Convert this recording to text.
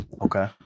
Okay